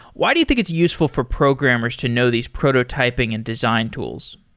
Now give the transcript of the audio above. why do you think it's useful for programmers to know these prototyping and design tools?